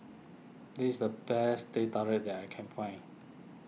this is the best Teh Tarik that I can find